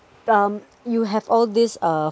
um you have all these uh